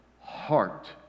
heart